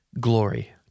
glory